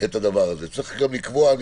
הדבר הזה בתאגידים גדולים.